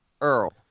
Earl